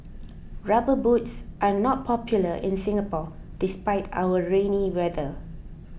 rubber boots are not popular in Singapore despite our rainy weather